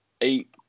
eight